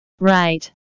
Right